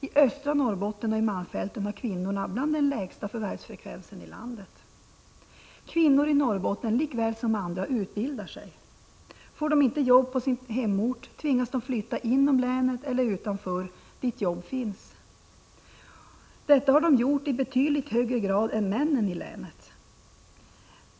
I östra Norrbotten och i malmfälten har kvinnorna bland de lägsta förvärvsfrekvenserna i landet. Kvinnor i Norrbotten, liksom kvinnor på andra håll i landet, utbildar sig. Får de inte jobb på sin hemort tvingas de flytta inom länet eller till orter utanför, där jobb finns. Detta har de gjort i betydligt högre grad än männen i länet.